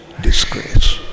disgrace